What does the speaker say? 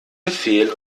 befehl